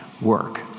work